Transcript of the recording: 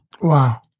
Wow